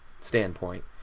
standpoint